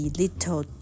little